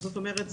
זאת אומרת,